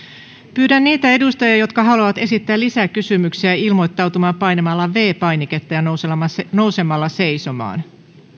pyydän niitä edustajia jotka haluavat esittää lisäkysymyksiä ilmoittautumaan painamalla viides painiketta ja nousemalla seisomaan